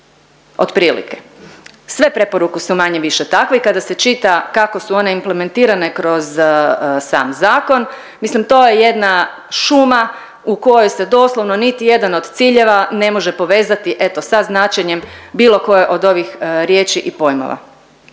otprilike? Sve preporuke su manje-više takve i kada se čita kako su one implementirane kroz sam zakon, mislim to je jedna šuma u kojoj se doslovno niti jedan od ciljeva ne može povezati, eto sa značenjem bilo koje od ovih riječi i pojmova.